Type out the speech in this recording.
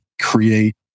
create